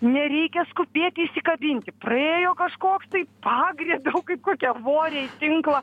nereikia skubėti įsikabinti praėjo kažkoks tai pagriebiau kaip kokia vorė į tinklą